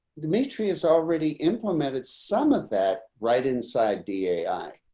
dmitry is already implemented some of that right inside the ai.